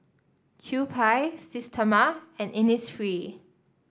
Kewpie Systema and Innisfree